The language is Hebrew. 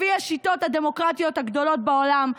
לפי השיטות הדמוקרטיות הגדולות בעולם,